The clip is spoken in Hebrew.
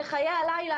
בחיי הלילה,